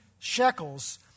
shekels